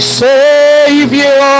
savior